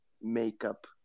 makeup